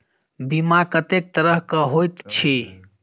बीमा कत्तेक तरह कऽ होइत छी?